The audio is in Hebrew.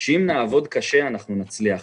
האמנו שאם אנחנו נעבוד קשה אנחנו נצליח,